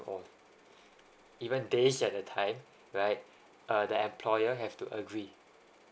even days at the time right err the employer have to agree